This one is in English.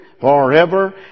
forever